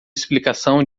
explicação